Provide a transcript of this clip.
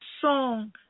song